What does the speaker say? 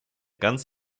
ganz